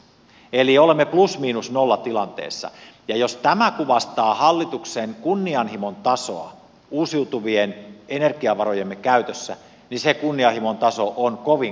eli olemme plus miinus nolla tilanteessa ja jos tämä kuvastaa hallituksen kunnianhimon tasoa uusiutuvien energiavarojemme käytössä niin se kunnianhimon taso on kovin kovin matala